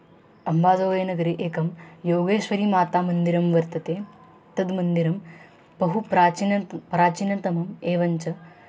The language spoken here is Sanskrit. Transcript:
अम्बासोगै नगरे एकं योगेश्वरीमातामन्दिरं वर्तते तद् मन्दिरं बहु प्राचीनं प्राचीनतमम् एवञ्च